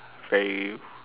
very